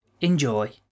Enjoy